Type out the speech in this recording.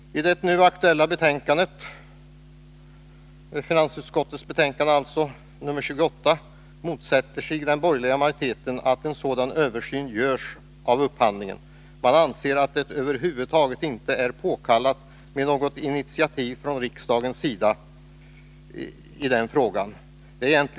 I det nu aktuella betänkandet 28 från finansutskottet motsätter sig den borgerliga majoriteten att en sådan översyn görs av upphandlingen. Man anser att något initiativ från riksdagens sida i den frågan över huvud taget inte är påkallat.